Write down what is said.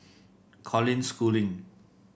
Colin Schooling